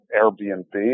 Airbnb